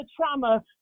trauma